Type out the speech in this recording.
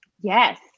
Yes